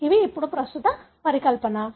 ఇవి ఇప్పుడు ప్రస్తుత పరికల్పన